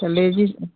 तो लेडीज